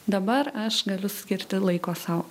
dabar aš galiu skirti laiko sau